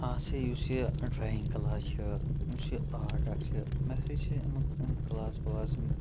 آسیا یُس یہِ drawing class چھِ یُس یہِ آرٹ اَکھ چھِ مےٚ ہَسا چھِ اَمیُکم کٕلاس وٕلاس یِم